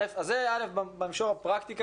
זה במישור הפרקטי,